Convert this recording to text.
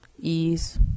ease